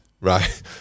Right